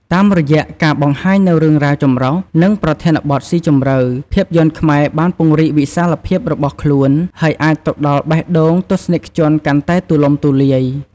តាមរយៈការបង្ហាញនូវរឿងរ៉ាវចម្រុះ និងប្រធានបទស៊ីជម្រៅ ភាពយន្តខ្មែរបានពង្រីកវិសាលភាពរបស់ខ្លួន ហើយអាចទៅដល់បេះដូងទស្សនិកជនកាន់តែទូលំទូលាយ។